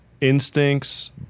instincts